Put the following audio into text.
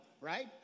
right